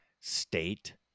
state